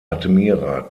admira